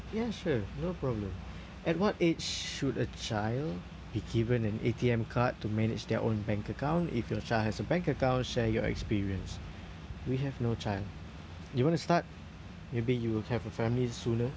ya sure no problem at what age should a child be given an A_T_M card to manage their own bank account if your child has a bank account share your experience we have no child you want to start maybe you will have a family sooner